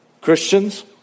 Christians